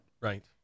Right